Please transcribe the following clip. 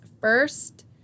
first